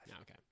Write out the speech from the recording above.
Okay